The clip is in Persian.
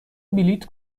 بلیط